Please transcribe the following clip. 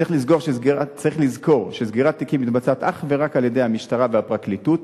צריך לזכור שסגירת תיקים מתבצעת אך ורק על-ידי המשטרה והפרקליטות.